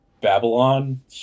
Babylon